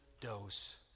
dose